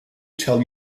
tell